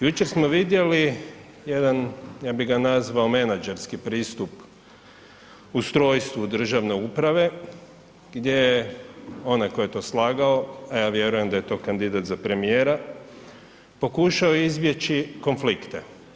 Jučer smo vidjeli jedan ja bi ga nazvao menadžerski pristup ustrojstvu državne uprave gdje je onaj koji je to slagao, a ja vjerujem da je to kandidat za premijera, pokušao izbjeći konflikte.